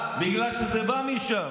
שנייה, בגלל שזה בא משם.